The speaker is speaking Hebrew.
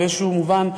באיזה מובן,